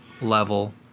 level